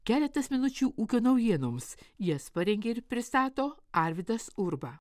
keletas minučių ūkio naujienoms jas parengė ir pristato arvydas urba